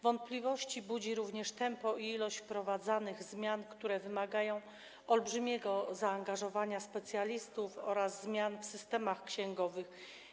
Wątpliwości budzi również tempo i ilość wprowadzanych zmian, które wymagają olbrzymiego zaangażowania specjalistów oraz zmian w systemach księgowych.